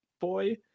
boy